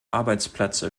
arbeitsplätze